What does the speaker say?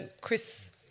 Chris